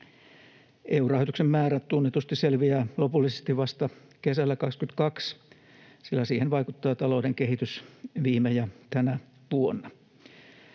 EU-rahoituksen määrä tunnetusti selviää lopullisesti vasta kesällä 22, sillä siihen vaikuttaa talouden kehitys viime ja tänä vuonna.